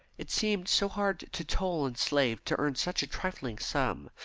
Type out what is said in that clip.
it seemed so hard to toll and slave to earn such a trifling sum,